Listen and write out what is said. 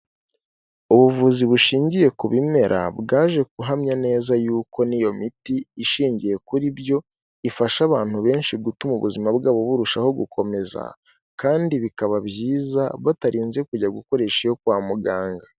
Ubuvuzi bushingiye ku bimera bwaje guhamya neza yuko n'iyo miti ishingiye kuri byo ifasha abantu benshi gutuma ubuzima bwabo burushaho gukomeza kandi bikaba byiza batarinze kujya gukoresha iyo kwa muganga.